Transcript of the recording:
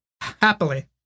happily